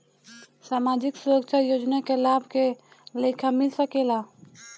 सामाजिक सुरक्षा योजना के लाभ के लेखा मिल सके ला?